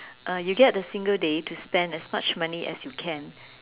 uh you get a single day to spend as much money as you can